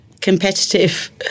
competitive